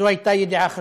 זו הייתה ידיעה חדשותית,